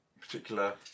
particular